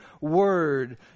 word